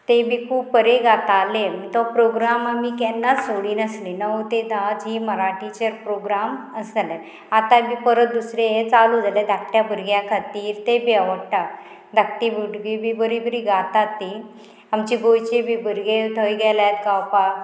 ते बी खूब बरें गाताले तो प्रोग्राम आमी केन्नाच सोडिनासली णव ते धा झी मराठीचेर प्रोग्राम आसा जाल्यार आतां बी परत दुसरें हें चालू जाल्यार धाकट्या भुरग्यां खातीर ते बी आवडटा धाकटी भुरगीं बी बरीं बरीं गातात तीं आमचें गोंयचे बी भुरगे थंय गेल्यात गावपाक